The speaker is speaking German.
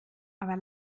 aber